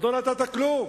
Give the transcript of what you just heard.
עוד לא נתת כלום.